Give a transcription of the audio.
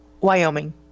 Wyoming